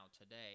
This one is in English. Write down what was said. today